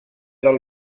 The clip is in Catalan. del